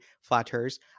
flatters